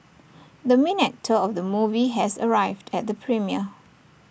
the main actor of the movie has arrived at the premiere